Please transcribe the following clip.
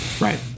Right